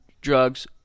drugs